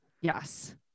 Yes